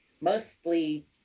mostly